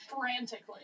frantically